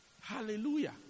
Hallelujah